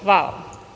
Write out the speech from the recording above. Hvala.